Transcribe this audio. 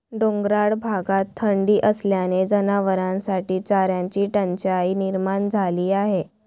डोंगराळ भागात थंडी असल्याने जनावरांसाठी चाऱ्याची टंचाई निर्माण झाली आहे